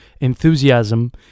enthusiasm